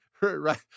Right